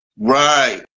Right